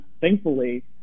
thankfully